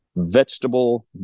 Vegetable